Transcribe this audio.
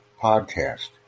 podcast